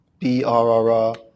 BRRR